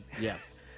Yes